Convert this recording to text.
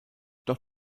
doch